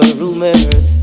rumors